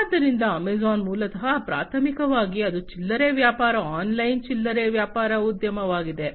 ಆದ್ದರಿಂದ ಅಮೆಜಾನ್ ಮೂಲತಃ ಪ್ರಾಥಮಿಕವಾಗಿ ಇದು ಚಿಲ್ಲರೆ ವ್ಯಾಪಾರ ಆನ್ಲೈನ್ ಚಿಲ್ಲರೆ ವ್ಯಾಪಾರ ಉದ್ಯಮವಾಗಿದೆ